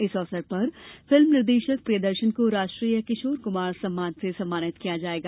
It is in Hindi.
इस अवसर पर फिल्म निर्देशक प्रियदर्शन को राष्ट्रीय किशोर कुमार सम्मान से सम्मानित किया जायेगा